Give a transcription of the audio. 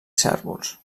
cérvols